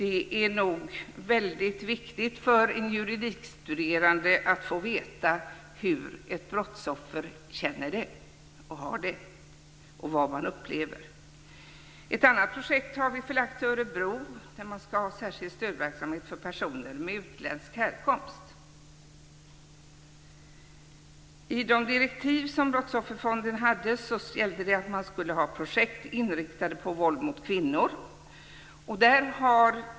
Det är nog väldigt viktigt för en juridikstuderande att få veta hur ett brottsoffer känner det och har det och vad man upplever. Ett annat projekt är förlagt till Örebro. Där ska man ha särskild stödverksamhet för personer med utländsk härkomst. I de direktiv som Brottsofferfonden hade stod att man skulle ha projekt inriktade mot våld mot kvinnor.